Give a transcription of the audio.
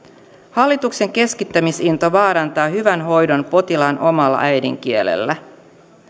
hallituksen keskittämisinto vaarantaa hyvän hoidon potilaan omalla äidinkielellä